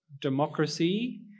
democracy